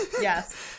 Yes